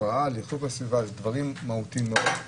הפרעה לאיכות הסביבה, דברים מהותיים מאוד.